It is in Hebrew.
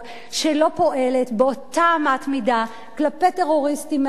שלא פועלת באותה אמת מידה כלפי טרוריסטים מהימין